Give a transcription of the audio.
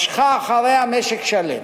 משכה אחריה משק שלם,